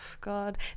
god